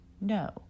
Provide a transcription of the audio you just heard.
No